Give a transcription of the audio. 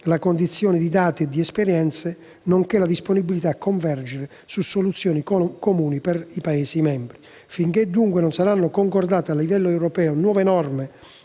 la condivisione di dati e di esperienze, nonché la disponibilità a convergere su soluzioni comuni per i Paesi membri. Finché dunque non saranno concordate a livello europeo nuove norme